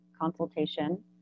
consultation